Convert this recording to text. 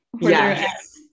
Yes